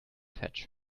fetch